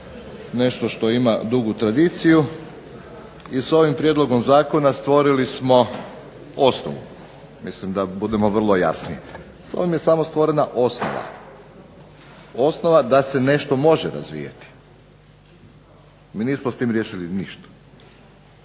nešto što ima dugu tradiciju. I s ovim prijedlogom zakona stvorili smo osnovu. Mislim da budemo vrlo jasni, s ovim je samo stvorena osnova da se nešto može razvijati. Mi nismo s tim riješili ništa.